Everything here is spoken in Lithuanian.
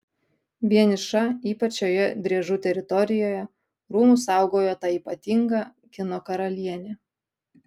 vieniša ypač šioje driežų teritorijoje rūmus saugojo ta ypatinga kino karalienė